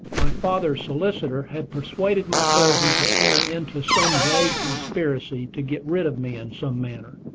my father's solicitor, had persuaded my cousin to enter into some vague conspiracy to get rid of me in some manner.